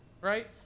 right